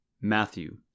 Matthew